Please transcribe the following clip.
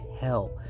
hell